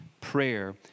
Prayer